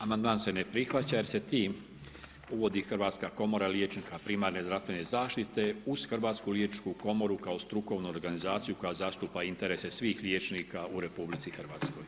Amandman se ne prihvaća jer se ti uvodi hrvatska komora liječnika primarne zdravstvene zaštite uz hrvatsku liječničku komoru kao strukovnu organizaciju koja zastupa interese svih liječnika u RH.